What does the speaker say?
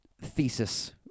thesis